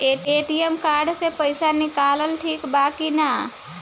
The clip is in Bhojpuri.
ए.टी.एम कार्ड से पईसा निकालल ठीक बा की ना?